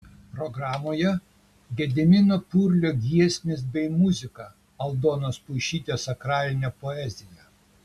programoje gedimino purlio giesmės bei muzika aldonos puišytės sakralinė poezija